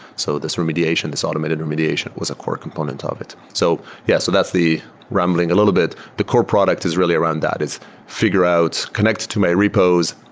so this remediation, this automated remediation was a core component of it. so yeah. so that's the rambling a little bit. the core product is really around that. it's figure out. connects to my repos.